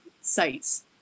sites